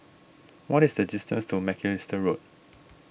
what is the distance to Macalister Road